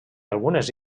algunes